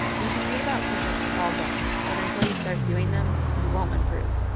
you can read about pushups all day, but until you start doing them, you won't improve.